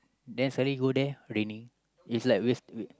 then suddenly go there raining it's like waste wast~